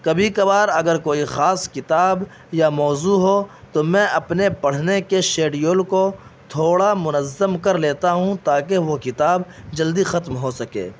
کبھی کبار اگر کوئی خاص کتاب یا موضوع ہو تو میں اپنے پڑھنے کے شیڈول کو تھوڑا منظم کر لیتا ہوں تاکہ وہ کتاب جلدی ختم ہو سکے